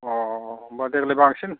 अ' होनबा देग्लाय बांसिन